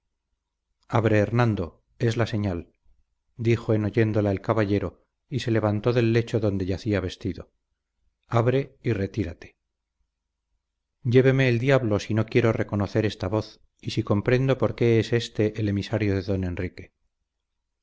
abre hernando es la señal dijo en oyéndola el caballero y se levantó del lecho donde yacía vestido abre y retírate lléveme el diablo si no quiero reconocer esta voz y si comprendo por qué es éste el emisario de don enrique